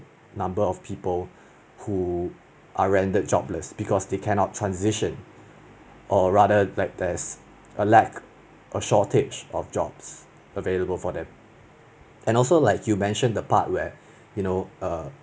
number of people who are rendered jobless because they cannot transition or rather like there is a lack or shortage of jobs available for them and also like you mention the part where you know err